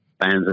fans